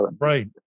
Right